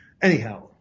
anyhow